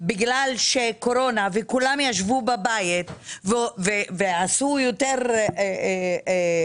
בגלל שקורונה וכולם ישבו בבית ועשו יותר פסולת,